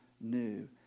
new